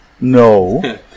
no